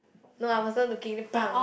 no I wasn't looking then bang